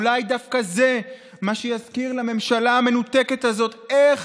אולי דווקא זה מה שיזכיר לממשלה המנותקת הזאת איך